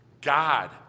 God